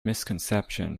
misconception